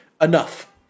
enough